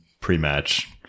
pre-match